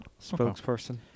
spokesperson